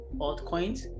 altcoins